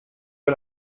con